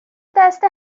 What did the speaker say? دست